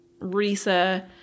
Risa